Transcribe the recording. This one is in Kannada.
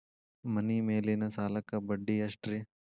ಮನಿ ಮೇಲಿನ ಸಾಲಕ್ಕ ಬಡ್ಡಿ ಎಷ್ಟ್ರಿ?